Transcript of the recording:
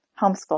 Homeschool